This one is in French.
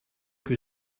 que